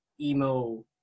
emo-